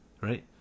Right